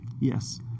Yes